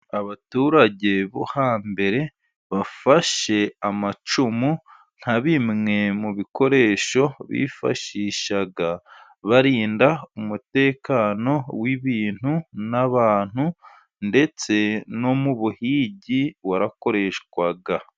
Abaturage bo hambere bafashe amacumu nka bimwe mu bikoresho bifashishaga, barinda umutekano w'ibintu n'abantu ndetse no mu buhigi warakoreshwaga.